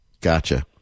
Gotcha